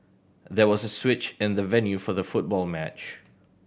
there was a switch in the venue for the football match